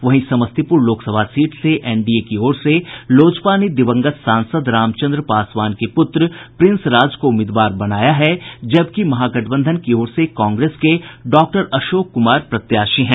वहीं समस्तीपुर लोकसभा सीट से एनडीए की ओर से लोजपा ने दिवंगत सांसद रामचंद्र पासवान के पुत्र प्रिंस राज को उम्मीदवार बनाया है जबकि महागठबंधन की ओर से कांग्रेस के डॉक्टर अशोक कुमार प्रत्याशी हैं